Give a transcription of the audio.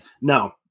No